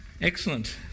Excellent